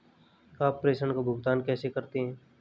आप प्रेषण का भुगतान कैसे करते हैं?